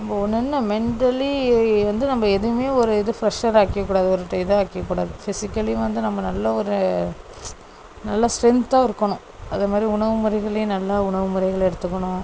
நம்ப ஒன்று வந்து நான் மென்டலி வந்து நம்ப எதுவுமே ஒரு இது ஃப்ரெஷராக ஆக்கிக்க கூடாது அது ஒரு இதாக ஆக்கிக்கக் கூடாது ஃபிசிக்கலி வந்து நம்ப நல்ல ஒரு நல்லா ஸ்ட்ரென்த்தாக இருக்கணும் அதை மாதிரி உணவு முறைகள்லையும் நல்லா உணவு முறைகள் எடுத்துக்கணும்